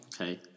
Okay